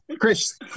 Chris